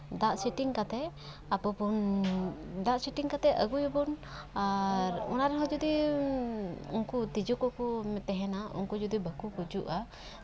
ᱫᱟᱜ ᱥᱤᱴᱤᱝ ᱠᱟᱛᱮᱜ ᱟᱵᱚᱵᱚᱱ ᱫᱟᱜ ᱥᱮᱴᱤᱝ ᱠᱟᱛᱮᱜ ᱟᱹᱜᱩᱭᱟᱵᱚᱱ ᱟᱨ ᱚᱱᱟ ᱨᱮᱦᱚᱸ ᱡᱩᱫᱤ ᱩᱱᱠᱩ ᱛᱤᱡᱩ ᱠᱚᱠᱚ ᱛᱟᱦᱮᱱᱟ ᱩᱱᱠᱩ ᱡᱩᱫᱤ ᱵᱟᱝ ᱠᱚ ᱜᱩᱡᱩᱜᱼᱟ